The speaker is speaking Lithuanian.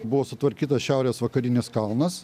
buvo sutvarkytos šiaurės vakarinės kalnas